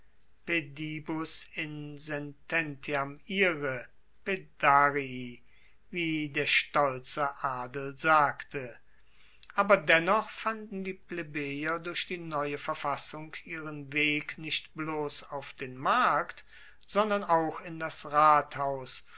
wie der stolze adel sagte aber dennoch fanden die plebejer durch die neue verfassung ihren weg nicht bloss auf den markt sondern auch in das rathaus